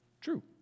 True